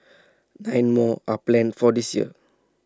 nine more are planned for this year